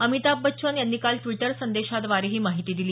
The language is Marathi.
अमिताभ बच्चन यांनी काल ट्विटर संदेशाद्वारे ही माहिती दिली